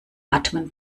atmen